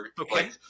Okay